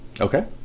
Okay